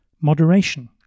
moderation